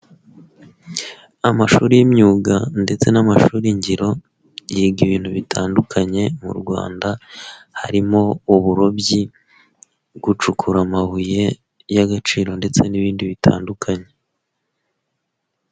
Amashuri y'imyuga ndetse n'amashuri ngiro, yiga ibintu bitandukanye mu Rwanda, harimo uburobyi, gucukura amabuye y'agaciro ndetse n'ibindi bitandukanye.